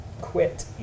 Quit